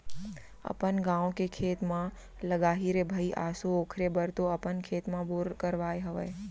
अपन गाँवे के खेत म लगाही रे भई आसो ओखरे बर तो अपन खेत म बोर करवाय हवय